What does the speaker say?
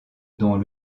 dont